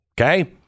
Okay